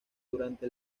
durante